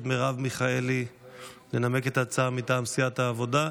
מרב מיכאלי לנמק את ההצעה מטעם סיעת העבודה,